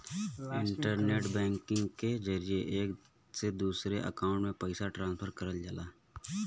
internet banking के जरिये एक से दूसरे अकांउट में पइसा ट्रांसफर करल जाला